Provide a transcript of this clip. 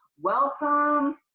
welcome